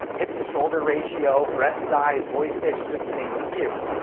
hip to shoulder ratio, breast size, voice pitch, just to name a few.